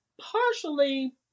partially